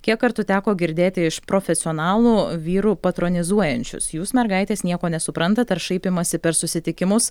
kiek kartų teko girdėti iš profesionalų vyrų patronizuojančius jūs mergaitės nieko nesuprantat ar šaipymąsi per susitikimus